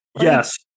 yes